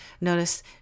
Notice